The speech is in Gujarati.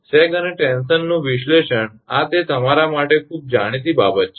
સેગ અને ટેન્શન નું વિશ્લેષણ આ તે તમારા માટે ખૂબ જાણીતી બાબત છે